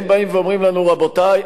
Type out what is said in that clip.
הם באים ואומרים לנו: רבותי,